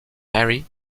mary